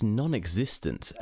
non-existent